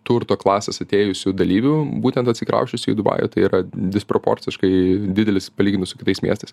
turto klasės atėjusių dalyvių būtent atsikrausčiusių į dubajų tai yra disproporciškai didelis palyginus su kitais miestais